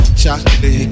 chocolate